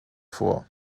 vor